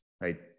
right